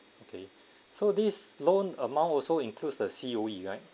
okay so this loan amount also includes the C_O_E right